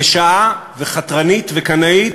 רשעה, חתרנית וקנאית,